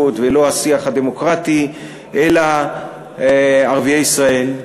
ולא השיח הדמוקרטי אלא ערביי ישראל,